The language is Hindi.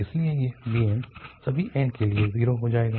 इसलिए ये bns सभी n के लिए 0 हो जाएगा